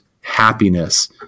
happiness